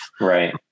right